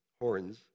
horns